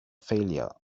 failure